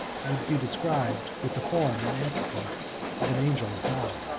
would be described with the form and attributes of an angel of god.